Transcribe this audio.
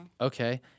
okay